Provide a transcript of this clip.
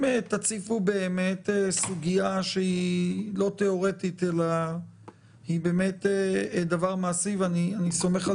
תציפו באמת סוגיה שהיא לא תיאורטית אלא דבר מעשי אני סומך על